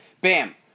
Bam